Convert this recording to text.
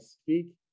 speak